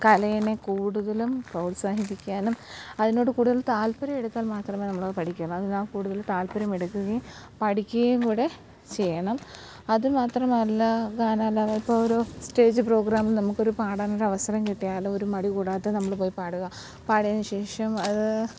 കലേനെ കൂടുതലും പ്രോത്സാഹിപ്പിക്കാനും അതിനോട് കൂടുതലും താൽപ്പര്യമെടുത്താൽ മാത്രമേ നമ്മളത് പഠിക്കൂ അതിനാ കൂടുതല് താൽപ്പര്യമെടുക്കുകയും പഠിക്കുകയും കൂടെ ചെയ്യണം അതുമാത്രമല്ല ഗാനാലാ ഇപ്പോഴൊരു സ്റ്റേജ് പ്രോഗ്രാമില് നമക്കൊരു പാടാനവസരം കിട്ടിയാലൊരു മടികൂടാതെ നമ്മള് പോയി പാടുക പാടിയതിനുശേഷം അത്